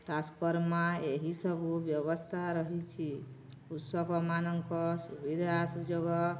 transform ଏହିସବୁ ବ୍ୟବସ୍ଥା ରହିଛି କୃଷକମାନଙ୍କ ସୁବିଧା ସୁଯୋଗ